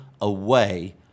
away